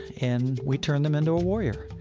and we turn them into a warrior,